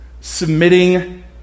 submitting